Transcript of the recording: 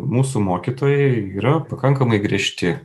mūsų mokytojai yra pakankamai griežti